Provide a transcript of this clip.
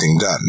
done